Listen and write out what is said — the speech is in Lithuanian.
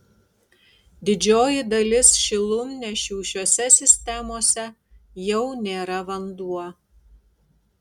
didžioji dalis šilumnešių šiose sistemose jau nėra vanduo